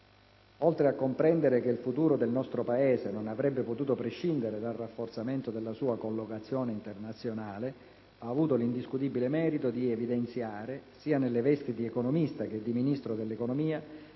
Oltre a comprendere che il futuro del nostro Paese non avrebbe potuto prescindere dal rafforzamento della sua collocazione internazionale, ha avuto l'indiscutibile merito di evidenziare, sia nelle vesti di economista che di Ministro dell'economia,